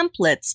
templates